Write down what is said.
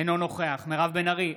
אינו נוכח מירב בן ארי,